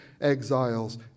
exiles